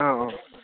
ꯑꯧ ꯑꯧ